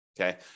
okay